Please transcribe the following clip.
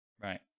Right